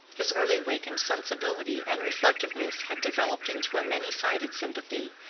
his early-wakened sensibility and reflectiveness had developed into a many-sided sympathy,